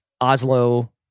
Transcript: Oslo